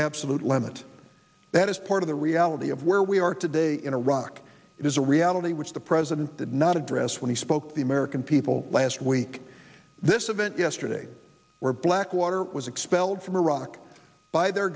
absolute limit that is part of the reality of where we are today in iraq it is a reality which the president did not address when he spoke to the american people last week this event yesterday where blackwater was expelled from iraq by their